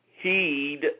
Heed